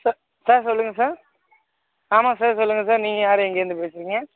ச சார் சொல்லுங்கள் சார் ஆமாம் சார் சொல்லுங்கள் சார் நீங்கள் யார் எங்கேயிருந்து பேசுகிறிங்க